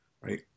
right